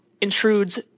intrudes